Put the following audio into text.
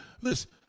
Listen